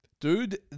Dude